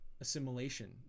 assimilation